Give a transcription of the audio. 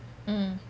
mm